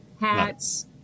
hats